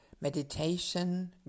meditation